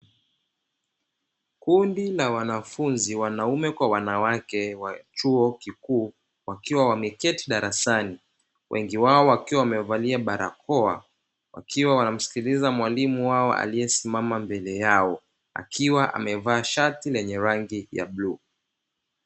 Kundi la wanafunzi wanaume kwa wanawake wa chuo kikuu wakiwa wameketi darasani, wengi wao wakiwa wamevalia barakoa wakiwa wanamsikiliza mwalimu wao aliyesimama mbele yao, akiwa amevaa shati lenye rangi ya bluu.